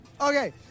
Okay